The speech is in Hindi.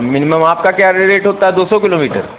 मिनिमम आपका क्या रेट होता है दो सौ किलोमीटर